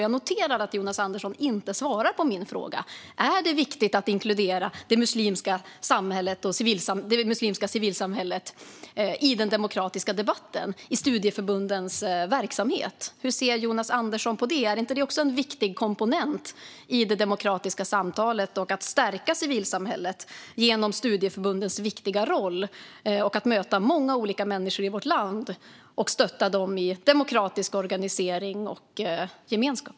Jag noterar att Jonas Andersson inte svarar på min fråga. Är det viktigt att inkludera det muslimska civilsamhället i den demokratiska debatten i studieförbundens verksamhet? Hur ser Jonas Andersson på det? Är inte det också en viktig komponent i det demokratiska samtalet och att stärka civilsamhället genom studieförbundens viktiga roll att möta många olika människor i vårt land och att stötta dem i en demokratisk organisering och gemenskap?